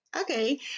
Okay